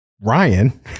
Ryan